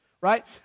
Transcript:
right